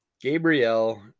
Gabrielle